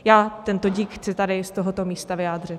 Já tento dík chci tady z tohoto místa vyjádřit.